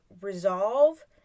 resolve